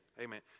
Amen